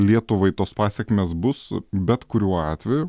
lietuvai tos pasekmės bus bet kuriuo atveju